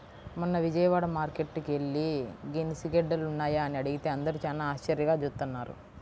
మొన్న విజయవాడ మార్కేట్టుకి యెల్లి గెనిసిగెడ్డలున్నాయా అని అడిగితే అందరూ చానా ఆశ్చర్యంగా జూత్తన్నారు